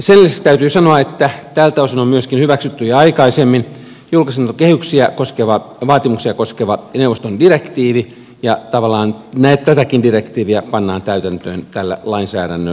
sen lisäksi täytyy sanoa että tältä osin on myöskin hyväksytty jo aikaisemmin julkisen talouden kehyksien vaatimuksia koskeva neuvoston direktiivi ja tavallaan tätäkin direktiiviä pannan täytäntöön tällä lainsäädännöllä